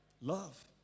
Love